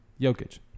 Jokic